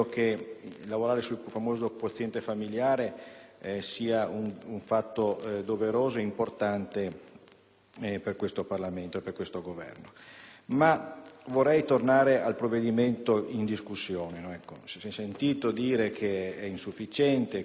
sia un fatto doveroso ed importante per questo Parlamento e per questo Governo. Vorrei però tornare al provvedimento in discussione: si è sentito dire che è insufficiente, limitato ed incompleto. I pregi sono